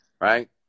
right